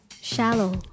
Shallow